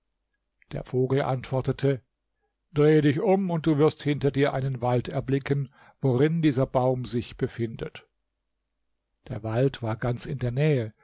der vogel antwortete drehe dich um und du wirst hinter dir einen wald erblicken worin dieser baum sich befindet der wald war ganz in der nähe